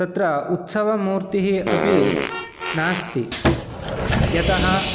तत्र उत्सवमूर्तिः अपि नास्ति यतः